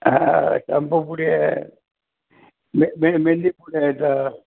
हा शम्पू पुडे आहे मे मे मेहंदी पुडे आहेत